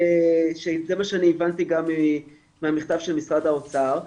זה מה שאני הבנתי גם מהמכתב של משרד האוצר,